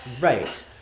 right